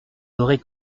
l’aurez